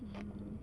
mmhmm